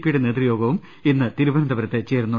പിയുടെ നേതൃയോഗവും ഇന്ന് തിരുവനന്തപുരത്ത് ചേരും